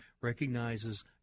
recognizes